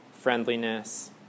friendliness